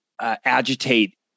agitate